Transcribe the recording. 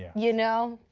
you know?